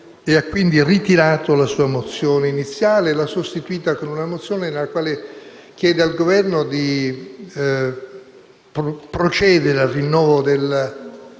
ha quindi ritirato la sua mozione iniziale sostituendola con una mozione, con la quale chiede al Governo di procedere al rinnovo del